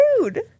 rude